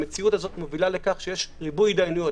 והמציאות הזו מובילה לכך שיש ריבוי הידיינויות.